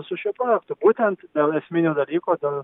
su šiuo projektu būtent dėl esminio dalyko dėl